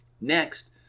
Next